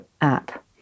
app